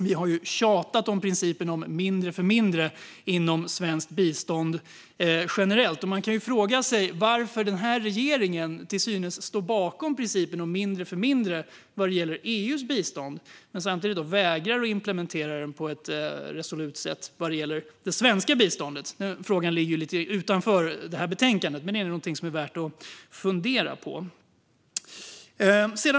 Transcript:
Vi har tjatat om principen mindre för mindre inom svenskt bistånd generellt. Man kan ju fråga sig varför regeringen till synes står bakom principen om mindre för mindre när det gäller EU:s bistånd men samtidigt vägrar att implementera den på ett resolut sätt inom svenskt bistånd. Frågan ligger lite utanför det här betänkandet, men den är värd att fundera på.